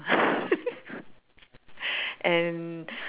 and